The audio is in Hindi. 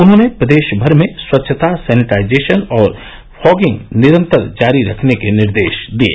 उन्होंने प्रदेश भर में स्वच्छता सैनिटाइजेशन और फॉगिंग निरन्तर जारी रखने के निर्देश दिये